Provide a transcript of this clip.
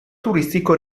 turistico